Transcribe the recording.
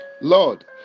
Lord